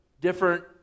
different